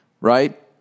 right